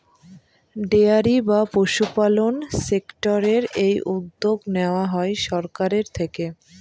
dairy বা পশুপালন সেক্টরের এই উদ্যোগ নেওয়া হয় সরকারের থেকে